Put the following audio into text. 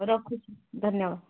ରଖୁଛି ଧନ୍ୟବାଦ